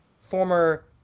former